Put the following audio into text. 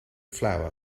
flour